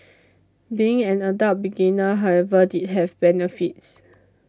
being an adult beginner however did have benefits